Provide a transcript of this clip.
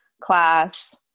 class